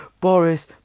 Boris